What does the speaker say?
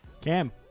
Cam